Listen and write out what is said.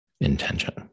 intention